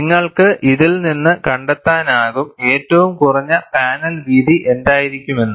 നിങ്ങൾക്ക് ഇതിൽ നിന്ന് കണ്ടെത്താനാകും ഏറ്റവും കുറഞ്ഞ പാനൽ വീതി എന്തായിരിക്കുമെന്ന്